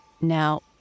Now